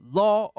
law